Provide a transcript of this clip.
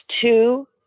two